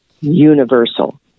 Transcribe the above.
universal